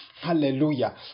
Hallelujah